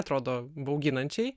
atrodo bauginančiai